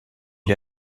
est